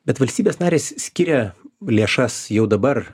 bet valstybės narės skiria lėšas jau dabar